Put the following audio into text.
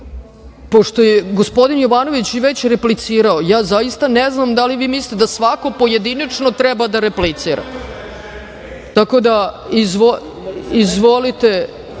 Pošto je gospodin Jovanović već replicirao, ja zaista ne znam da li vi mislite da svako pojedinačno treba da replicira? Izvolite,